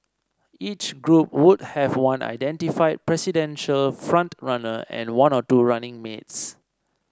each group would have one identified presidential front runner and one or two running mates